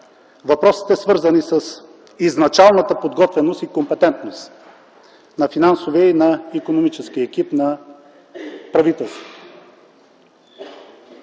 въпросите, свързани с изначалната подготвеност и компетентност на финансовия и на икономическия екип на правителството.